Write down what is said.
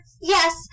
yes